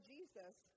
Jesus